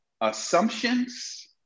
assumptions